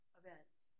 events